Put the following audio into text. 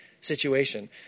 situation